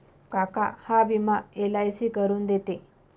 काका हा विमा एल.आय.सी करून देते